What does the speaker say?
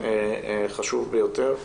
חשוב ביותר.